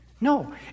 No